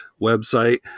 website